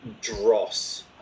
dross